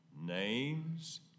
Names